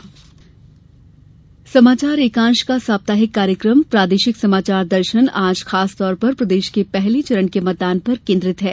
प्रादेशिक समाचार दर्शन समाचार एकांश का साप्ताहिक कार्यक्रम प्रादेशिक समाचार दर्शन आज खास तौर पर प्रदेश के पहले चरण के मतदान पर केन्द्रित है